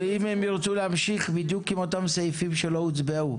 אם הם ירצו להמשיך באותם סעיפים שלא הוצבעו.